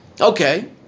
okay